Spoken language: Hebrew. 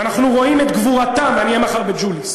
ואנחנו רואים את גבורתם, אני אהיה מחר בג'וליס,